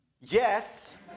yes